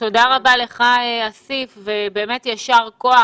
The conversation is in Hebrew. תודה רבה לך, אסיף, באמת יישר כוח.